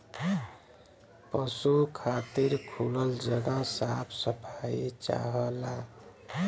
पसु खातिर खुलल जगह साफ सफाई चाहला